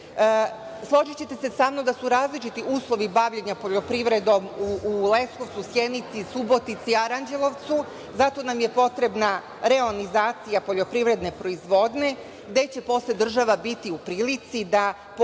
reši. Složićete se sa mnom da su različiti uslovi bavljenja poljoprivredom u Leskovcu, Sjenici, Subotici i Aranđelovcu. Zato nam je potrebna reonizacija poljoprivredne proizvodnje gde će posle država biti u prilici da posebno